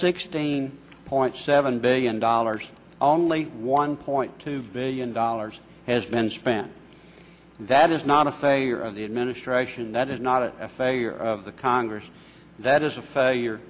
sixteen point seven billion dollars only one point two billion dollars has been spent that is not a failure of the administration that is not a failure of the congress that is a failure